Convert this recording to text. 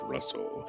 Russell